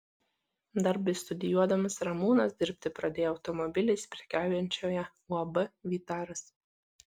dar bestudijuodamas ramūnas dirbti pradėjo automobiliais prekiaujančioje uab vytaras